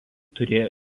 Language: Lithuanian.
turėjo